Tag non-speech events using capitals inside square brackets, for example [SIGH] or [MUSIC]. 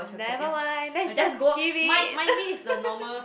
never mind let's just skip it [LAUGHS]